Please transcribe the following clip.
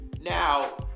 Now